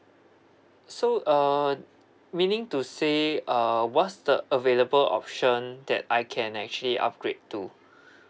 so uh meaning to say uh what's the available option that I can actually upgrade to